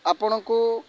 ଆପଣଙ୍କୁ